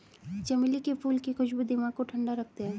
चमेली के फूल की खुशबू दिमाग को ठंडा रखते हैं